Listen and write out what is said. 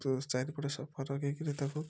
ଚାରିପଟେ ସଫା ରଖି କିରି ତାକୁ